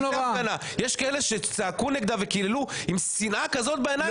יש כאלה שצעקו נגדה וקיללו עם שנאה כזאת בעיניים.